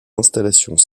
installations